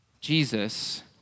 Jesus